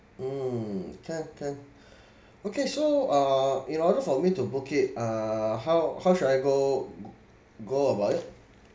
mm can can okay so uh in order for me to book it uh how how should I go go about it